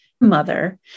mother